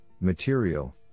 material